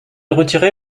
retiré